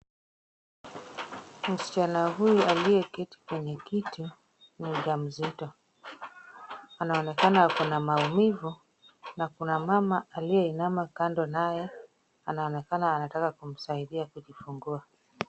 Msichana huyu aliyeketi kwenye kiti, ni mja mzito, anaonekana ako na maumivu na kuna mama aliyeinama kando naye, anaonekana anataka kumsaidia kujifungua.